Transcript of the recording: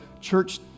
church